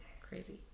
crazy